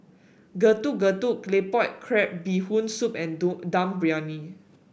Getuk Getuk Claypot Crab Bee Hoon Soup and Dum Briyani